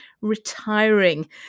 retiring